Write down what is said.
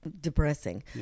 depressing